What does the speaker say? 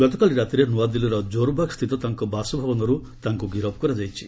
ଗତକାଲି ରାତିରେ ନ୍ତଆଦିଲ୍କୀର ଜୋରବାଗ୍ ସ୍ଥିତ ତାଙ୍କ ବାସଭବନରୁ ତାଙ୍କୁ ଗିରଫ୍ କରାଯାଇଛି